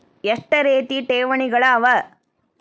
ಎಷ್ಟ ರೇತಿ ಠೇವಣಿಗಳ ಅವ?